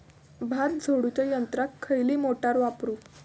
भात झोडूच्या यंत्राक खयली मोटार वापरू?